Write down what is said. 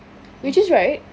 then she